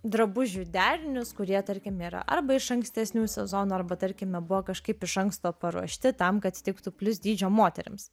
drabužių derinius kurie tarkim yra arba iš ankstesnių sezonų arba tarkime buvo kažkaip iš anksto paruošti tam kad tiktų plius dydžio moterims